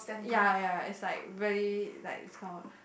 ya ya is like really like this kind of